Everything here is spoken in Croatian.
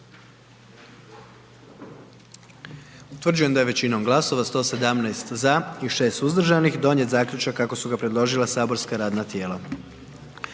Utvrđujem da je većinom glasova 97 za, 19 suzdržanih donijet zaključak kako je predložilo matično saborsko radno tijelo.